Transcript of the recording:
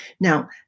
Now